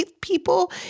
people